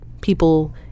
people